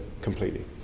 completely